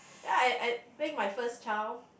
ya I I think my first child